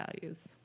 values